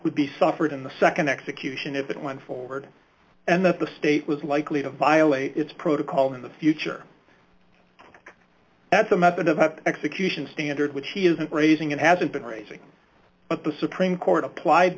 would be suffered in the nd execution if it went forward and that the state was likely to violate its protocol in the future at the method of execution standard which he isn't raising and hasn't been raising but the supreme court applied